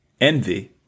Envy